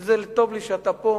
בגלל זה טוב לי שאתה פה.